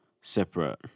separate